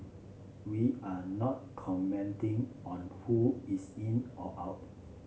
we are not commenting on who is in or out